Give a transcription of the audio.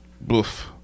boof